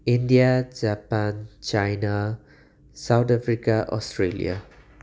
India Japan China South Africa Australia